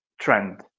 trend